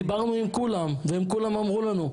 דיברנו עם כולם, והם אמרו לנו: